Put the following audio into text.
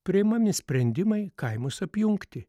priimami sprendimai kaimus apjungti